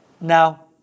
Now